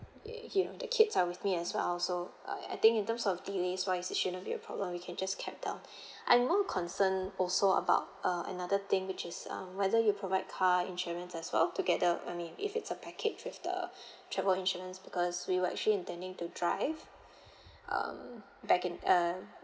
eh you know the kids are with me as well so uh I think in terms of delays wise it shouldn't be a problem we can just kept down I more concern also about uh another thing which is um whether you provide car insurance as well together I mean if it's a package with the travel insurance because we were actually intending to drive um back in uh